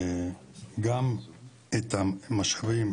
גם את המשאבים,